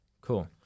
cool